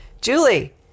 Julie